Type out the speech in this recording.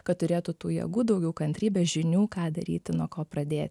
kad turėtų tų jėgų daugiau kantrybės žinių ką daryti nuo ko pradėti